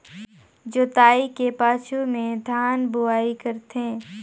जोतई के पाछू में धान बुनई करथे